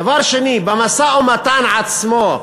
דבר שני, במשא-ומתן עצמו,